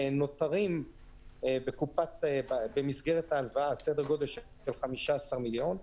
נותרים במסגרת ההלוואה סדר גודל של 15 מיליון.